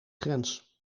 grens